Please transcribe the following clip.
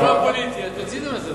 זה לא פוליטי, הסוביודיצה.